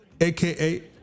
aka